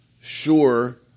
sure